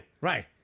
Right